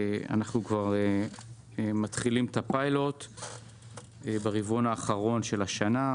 הפיילוט יתחיל ברבעון האחרון של השנה,